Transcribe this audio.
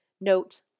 Note